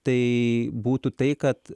tai būtų tai kad